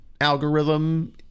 algorithm